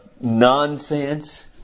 nonsense